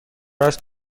است